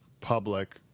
public